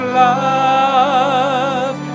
love